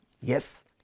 Yes